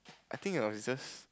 I think I was just